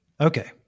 Okay